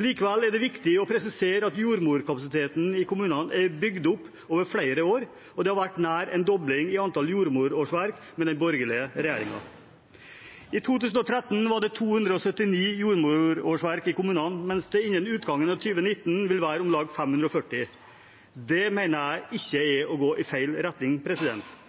Likevel er det viktig å presisere at jordmorkapasiteten i kommunene er bygd opp over flere år, og det har vært en nær dobling i antall jordmorårsverk med den borgerlige regjeringen. I 2013 var det 279 jordmorårsverk i kommunene, mens det innen utgangen av 2019 vil være om lag 540. Dette mener jeg ikke er å gå i feil retning;